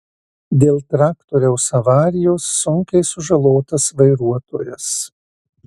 dėl traktoriaus avarijos sunkiai sužalotas vairuotojas